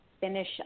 finish